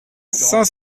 cinq